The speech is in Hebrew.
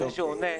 לפני שהוא עונה,